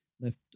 left